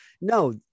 No